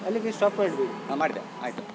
ಹಾಂ ಮಾಡ್ದೆ ಆಯಿತು